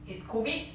it's COVID